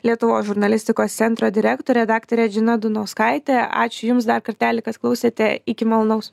lietuvos žurnalistikos centro direktore daktare džina dunauskaite ačiū jums dar kartelį kad klausėte iki malonaus